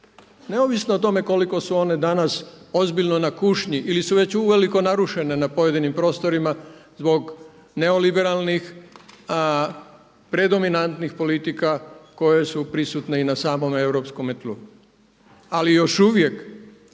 neovisno o tome koliko su one danas ozbiljno na kušnji ili su već uvelike narušene na pojedinim prostorima zbog neoliberalnih predominantnih politika koje su prisutne i na samom europskom tlu. Ali još uvijek